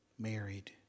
married